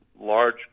large